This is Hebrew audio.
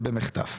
זה במחטף.